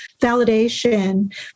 validation